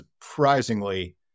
surprisingly